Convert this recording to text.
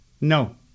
No